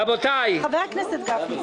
רבותיי --- חבר הכנסת גפני,